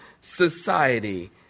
society